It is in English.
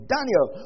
Daniel